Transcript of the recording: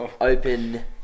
open